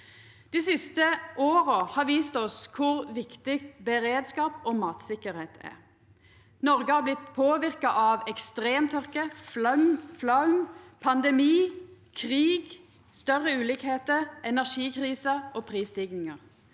Dei siste åra har vist oss kor viktig beredskap og matsikkerheit er. Noreg har blitt påverka av ekstremtørke, flaum, pandemi, krig, større ulikskap, energikrise og prisstiging.